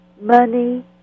money